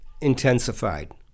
intensified